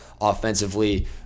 offensively